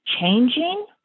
changing